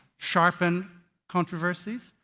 sharpen controversies.